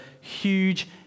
huge